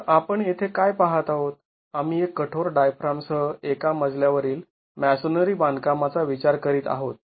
तर आपण येथे काय पाहत आहोत आम्ही एक कठोर डायफ्रामसह एका मजल्या वरील मॅसोनेरी बांधकामाचा विचार करीत आहोत